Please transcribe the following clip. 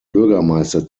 bürgermeister